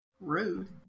Rude